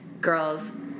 girls